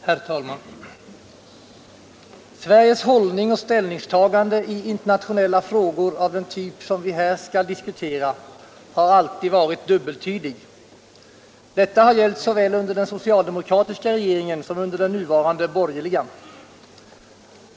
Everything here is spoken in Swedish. Herr talman! Sveriges hållning och ställningstaganden i internationella frågor av den typ som vi här diskuterar har alltid varit dubbeltydiga. Detta har gällt såväl under den socialdemokratiska regeringen som under den nuvarande borgerliga.